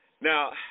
Now